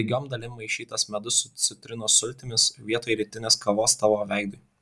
lygiom dalim maišytas medus su citrinos sultimis vietoj rytinės kavos tavo veidui